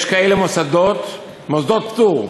יש כאלה מוסדות, מוסדות פטור,